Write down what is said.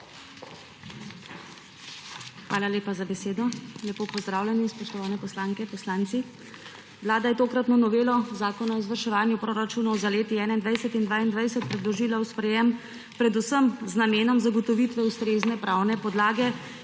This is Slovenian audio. Hvala lepa za besedo. Lepo pozdravljeni, spoštovani poslanke, poslanci! Vlada je tokratno novelo Zakona o izvrševanju proračunov Republike Slovenije za leti 2021 in 2022 predložila v sprejem predvsem z namenom zagotovitve ustrezne pravne podlage,